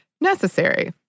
necessary